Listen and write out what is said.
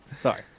sorry